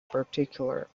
particular